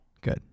Good